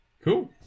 cool